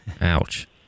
Ouch